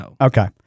Okay